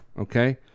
okay